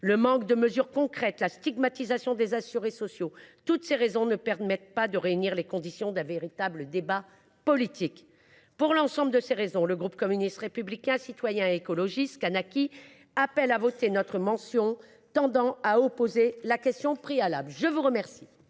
le manque de mesures concrètes, la stigmatisation des assurés sociaux, toutes ces raisons ne permettent pas de réunir les conditions d’un véritable débat politique. C’est pourquoi le groupe Communiste Républicain Citoyen et Écologiste – Kanaky appelle à voter la motion tendant à opposer la question préalable. Personne ne